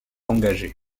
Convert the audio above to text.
engagés